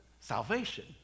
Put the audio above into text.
salvation